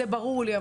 זה ברור לי.